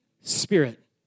spirit